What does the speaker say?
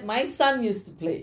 beyblade